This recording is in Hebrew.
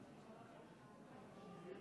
נגד,